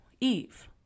Eve